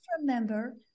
remember